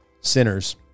sinners